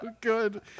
good